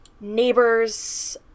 neighbors